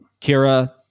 Kira